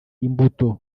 imbuto